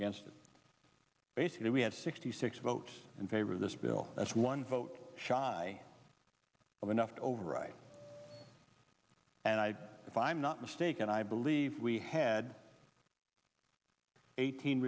against it basically we had sixty six votes in favor of this bill that's one vote shy of enough to override and i if i'm not mistaken i believe we had eighteen